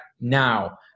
now